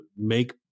make